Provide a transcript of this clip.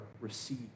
receive